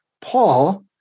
Paul